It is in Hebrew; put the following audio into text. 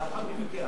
הכהונה של הרמטכ"ל,